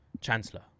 Chancellor